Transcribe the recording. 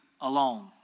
alone